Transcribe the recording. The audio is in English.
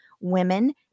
women